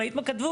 ראית מה כתבו?